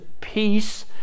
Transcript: peace